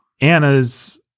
Anna's